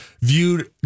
viewed